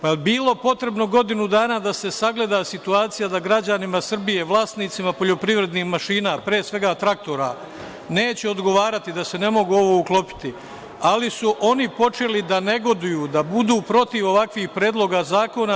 Da li je bilo potrebno godinu dana da se sagleda situacija da građanima Srbije, vlasnicima poljoprivrednih mašina, pre svega traktora, neće odgovarati, da se ne mogu u ovo uklopiti, ali oni su počeli da negoduju, da budu protiv ovakvih predloga zakona.